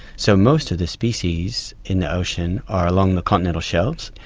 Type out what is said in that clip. so most of the species in the ocean are along the continental shelves,